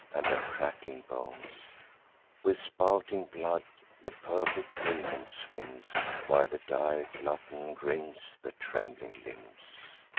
and their crackling bones with spouting blood the purple pavement swims, while the dire glutton grinds the trembling limbs.